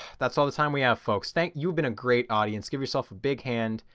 that's all the time we have folks, thank-you have been a great audience, give yourself a big hand.